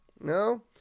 No